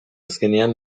azkenean